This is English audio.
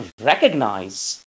recognize